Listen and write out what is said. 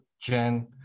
Gen